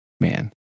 Man